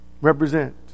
represent